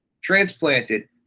transplanted